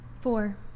Four